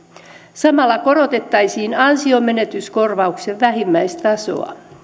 samalla korotettaisiin ansionmenetyskorvauksen vähimmäistasoa